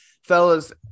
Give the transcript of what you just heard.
Fellas